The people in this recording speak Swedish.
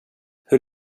hur